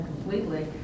completely